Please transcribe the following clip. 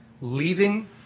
leaving